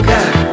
God